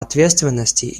ответственности